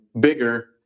bigger